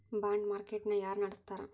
ಬಾಂಡ market ನ ಯಾರ ನಡಸ್ತಾರ?